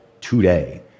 today